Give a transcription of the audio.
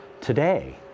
today